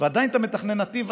ועדיין אתה מתכנן נתיב.